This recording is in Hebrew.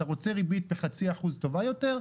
אתה רוצה ריבית בחצי אחוז טובה יותר,